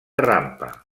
rampa